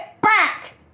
back